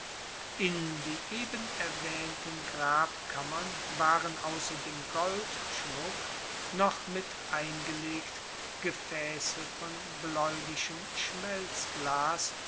in die eben erwaehnten grabkammern waren ausser dem goldschmuck noch mit eingelegt gefaesse von blaeulichem